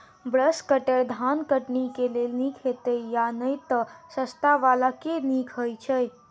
Brush cutter धान कटनी केँ लेल नीक हएत या नै तऽ सस्ता वला केँ नीक हय छै?